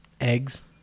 Eggs